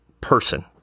person